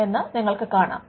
എന്ന് നിങ്ങൾക്ക് കാണാം